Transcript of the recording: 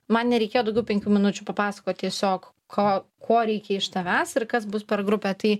man nereikėjo daugiau penkių minučių papasakot tiesiog ko ko reikia iš tavęs ir kas bus per grupė tai